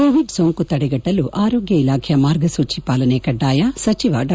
Covid ಸೋಂಕು ತಡೆಗಟ್ಲಲು ಆರೋಗ್ಗ ಇಲಾಖೆಯ ಮಾರ್ಗಸೂಚಿ ಪಾಲನೆ ಕಡ್ಡಾಯ ಸಚಿವ ಡಾ